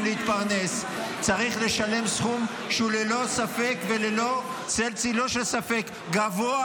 להתפרנס צריכים לשלם סכום שהוא ללא ספק וללא צל-צילו של ספק גבוה